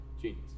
genius